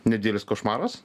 nedidelis košmaras